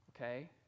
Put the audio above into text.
okay